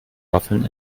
waffeln